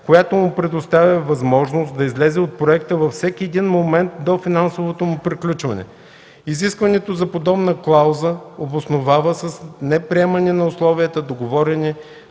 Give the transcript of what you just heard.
която му предоставя възможност да излезе от проекта във всеки един момент до финансовото му приключване. Изискването за подобна клауза обосновава с неприемане на условията, договорени